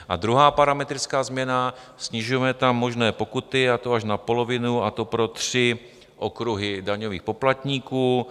A druhá parametrická změna, snižujeme tam možné pokuty, a to až na polovinu, a to pro tři okruhy daňových poplatníků.